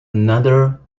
another